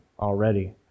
already